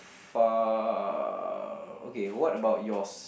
~pha okay what about yours